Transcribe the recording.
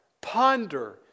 ponder